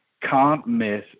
can't-miss